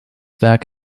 werk